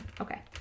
Okay